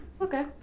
Okay